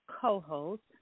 co-host